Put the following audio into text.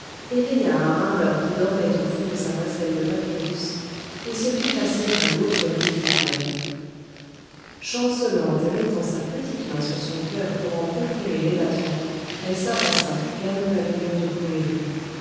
éveilla un rameur qui dormait au fond de sa nacelle de papyrus et se fit passer à l'autre rive du fleuve chancelante et mettant sa petite main sur son cœur pour en comprimer les battements elle s'avança vers le pavillon de